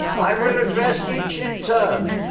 i will address each in turn.